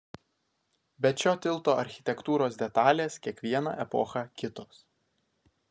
bet šio tilto architektūros detalės kiekvieną epochą kitos